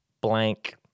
blank